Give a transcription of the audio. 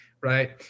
right